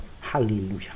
Hallelujah